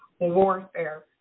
warfare